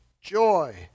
joy